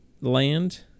land